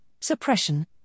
suppression